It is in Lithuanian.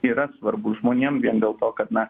yra svarbu žmonėm vien dėl to kad na